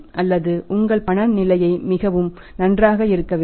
அல்லது உங்கள் பண நிலை மிகவும் நன்றாக இருக்க வேண்டும்